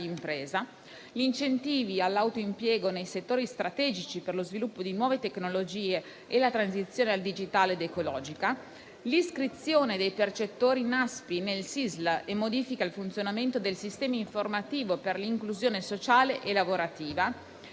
incentivi all'autoimpiego nei settori strategici per lo sviluppo di nuove tecnologie e la transizione al digitale ed ecologica; l'iscrizione dei percettori NASPI nel SIISL e modifica al funzionamento del sistema informativo per l'inclusione sociale e lavorativa.